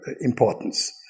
importance